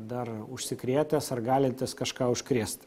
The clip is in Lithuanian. dar užsikrėtęs ar galintis kažką užkrėsti